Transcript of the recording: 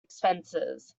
expenses